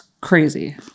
crazy